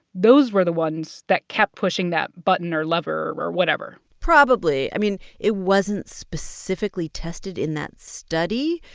those were the ones that kept pushing that button or lever or whatever probably. i mean, it wasn't specifically tested in that study,